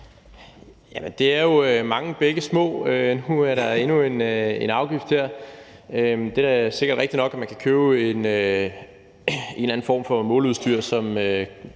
Det er jo mange bække små. Nu er der endnu en afgift der. Det er sikkert rigtigt nok, at man kan købe en eller anden form for måleudstyr, og